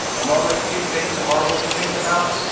and while those two things are horrible to think about,